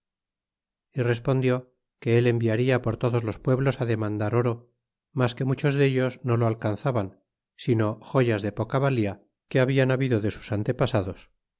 y respondió que él enviarla por todos los pueblos á demandar oro mas que muchos dellos no lo alcanzaban sino joyas de poca valla que hablan habido de sus antepasados